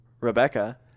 Rebecca